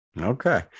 Okay